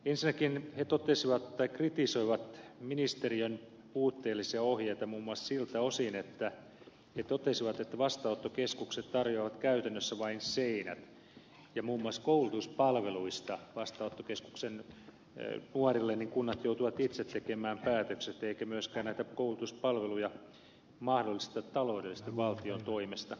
ensinnäkin he kritisoivat ministeriön puutteellisia ohjeita muun muassa siltä osin että vastaanottokeskukset tarjoavat käytännössä vain seinät ja muun muassa koulutuspalveluista kunnat joutuvat itse tekemään päätökset eikä myöskään näitä koulutuspalveluja mahdollisteta taloudellisesti valtion toimesta